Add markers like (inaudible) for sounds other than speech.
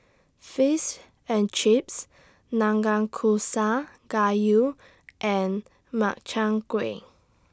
Fish and Chips (unintelligible) Gayu and Makchang Gui